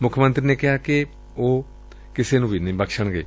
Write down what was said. ਮੁੱਖ ਮੰਤਰੀ ਨੇ ਕਿਹਾ ਕਿ ਉਹ ਕਿਸੇ ਨੂੰ ਨਹੀਂ ਬਖਸੁਣਗੇ